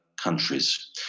countries